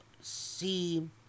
see